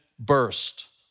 burst